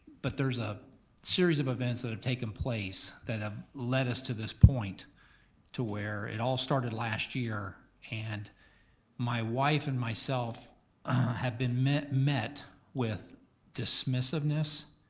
but there's a series of events that have taken place that have led us to this point to where it all started last year. and my wife and myself had been met met with dismissiveness.